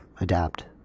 adapt